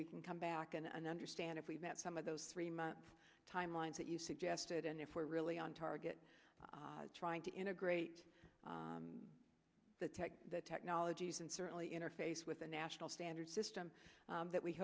we can come back and understand if we've met some of those three month time lines that you suggested and if we're really on target trying to integrate the tech the technologies and certainly interface with a national standard system that we